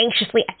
anxiously